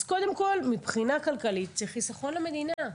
אז קודם כול, מבחינה כלכלית זה חיסכון למדינה.